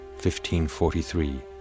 1543